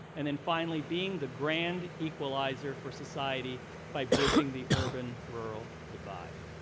and and finally, being the grand equalizer for society by bridging the urban rural divide.